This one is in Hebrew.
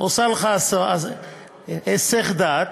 עושה לך היסח דעת,